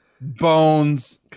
Bones